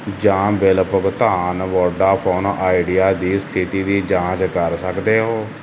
ਜਾਂ ਬਿੱਲ ਭੁਗਤਾਨ Vodafone Idea ਦੀ ਸਥਿਤੀ ਦੀ ਜਾਂਚ ਕਰ ਸਕਦੇ ਹੋ